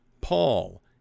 Paul